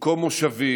ממקום מושבי